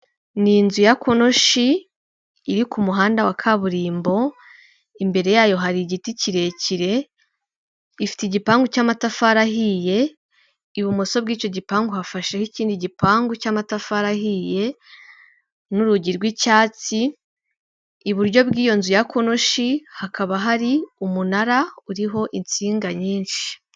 Ni inzu ya konoshi iri ku muhanda wa kaburimbo, imbere yayo hari igiti kirekire, ifite igipangu cy'amatafari ahiye, ibumoso bw'icyo gipangu hafasheho ikindi gipangu cy'amatafari ahiye, n'urugi rw'icyatsi, iburyo bw'iyo nzu ya konoshi hakaba hari umunara uriho insinga nyinshi.